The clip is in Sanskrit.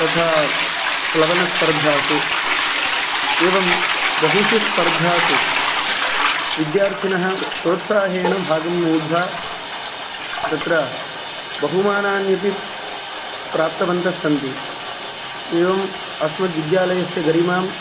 तथा प्लवनस्पर्धासु एवं बहुषु स्पर्धासु विद्यार्थिनः सोत्साहेण भागं ऊढ्वा तत्र बहुमानान्यपि प्राप्तवन्तस्सन्ति एवं अस्मद्विद्यालयस्य गरिमां